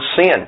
sin